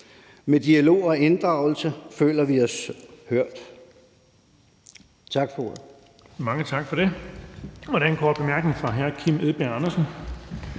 Med dialog og inddragelse føler vi os hørt.